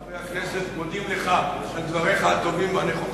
חברי הכנסת, מודים לך על דבריך הטובים והנכוחים.